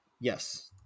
Yes